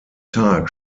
tag